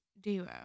duo